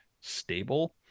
stable